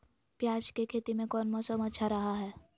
प्याज के खेती में कौन मौसम अच्छा रहा हय?